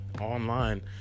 online